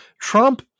Trump